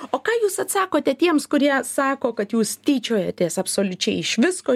o ką jūs atsakote tiems kurie sako kad jūs tyčiojatės absoliučiai iš visko